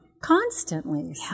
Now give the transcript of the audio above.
constantly